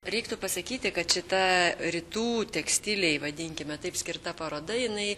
reiktų pasakyti kad šita rytų tekstilei vadinkime taip skirta paroda jinai